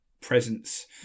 presence